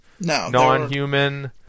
non-human